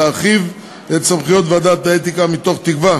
להרחיב את סמכויות ועדת האתיקה מתוך תקווה